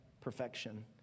perfection